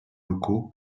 locaux